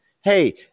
hey